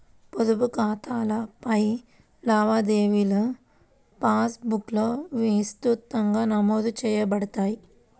పొదుపు ఖాతాలపై లావాదేవీలుపాస్ బుక్లో విస్తృతంగా నమోదు చేయబడతాయి